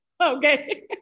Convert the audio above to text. Okay